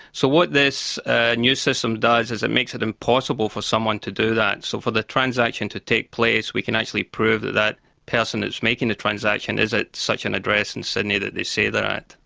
so what this new system does is it makes it impossible for someone to do that. so for the transaction to take place we can actually prove that that person who is making the transaction is at such an address in sydney that they say there at.